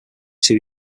two